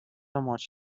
ماچ